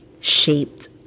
shaped